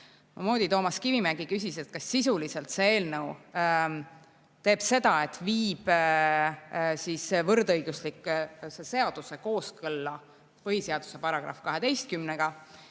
Toomas Kivimägi küsis, kas sisuliselt see eelnõu teeb seda, et viib võrdõiguslikkuse seaduse kooskõlla põhiseaduse §‑ga 12.